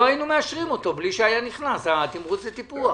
לא היינו מאשרים אותו בלי שהיה נכנס תמרוץ וטיפוח.